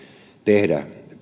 tehdä